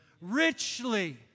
richly